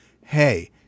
hey